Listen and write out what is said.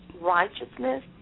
righteousness